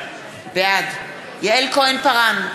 בעד יעל כהן-פארן,